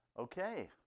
Okay